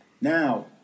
Now